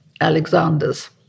Alexander's